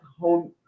home –